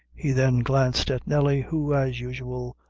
he then glanced at nelly, who, as usual,